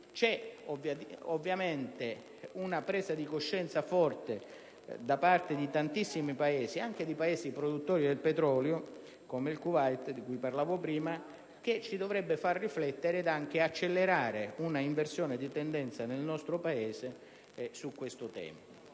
C'è una presa di coscienza forte da parte di tantissimi Paesi, anche di Paesi produttori di petrolio come il Kuwait cui accennavo prima, che ci dovrebbe far riflettere ed anche accelerare una inversione di tendenza nel nostro Paese su questo tema.